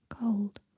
Cold